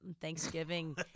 Thanksgiving